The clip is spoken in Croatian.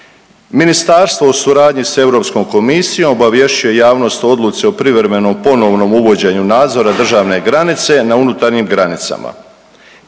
Ministarstvo u suradnji s Europskom komisijom obavješćuje javnost o odluci o privremenom ponovnom uvođenju nadzora državne granice na unutarnjim granicama.